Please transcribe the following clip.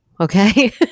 okay